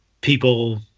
people